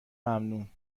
ممنون